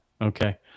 okay